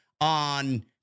on